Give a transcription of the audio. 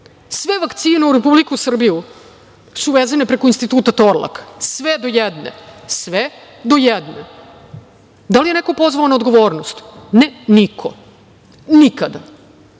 vakcine u Republiku Srbiju su uvezene preko Instituta „Torlak“, sve do jedne. Da li je neko pozvao na odgovornost? Ne, niko, nikada.